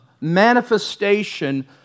manifestation